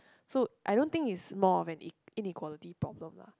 so I don't think is more of an e~ inequality problem lah